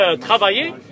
travailler